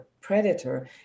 predator